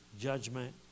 judgment